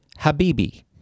Habibi